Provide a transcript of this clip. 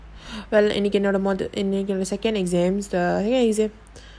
இன்னைக்குஎன்னோடமொதஇன்னைக்கு:innaiku ennoda motha innaiku second exams the